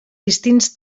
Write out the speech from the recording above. distints